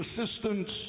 assistance